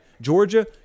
Georgia